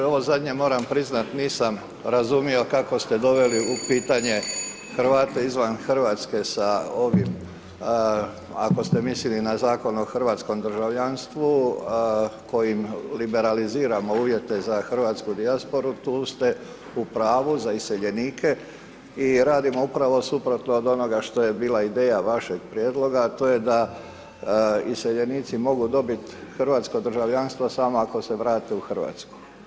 Ovo zadnje moram priznat nisam razumio kako ste doveli u pitanje Hrvate izvan Hrvatske sa ovim ako ste mislili na zakon o hrvatskom državljanstvu kojim liberaliziramo uvjete za hrvatsku dijasporu tu ste u pravu za iseljenike i radimo upravo suprotno od onoga što je bila ideja vašeg prijedloga a to je da iseljenici mogu dobit hrvatsko državljanstvo samo ako se vrate u Hrvatsku.